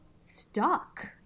stuck